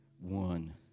one